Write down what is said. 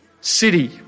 city